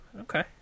Okay